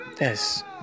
Yes